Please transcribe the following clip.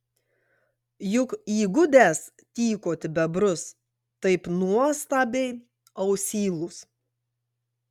juk įgudęs tykoti bebrus taip nuostabiai ausylus